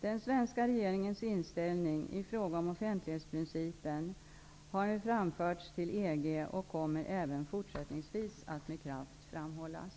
Den svenska regeringens inställning i fråga om offentlighetsprincipen har nu framförts till EG och kommer även fortsättningsvis att med kraft framhållas.